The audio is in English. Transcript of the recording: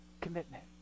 Commitment